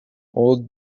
old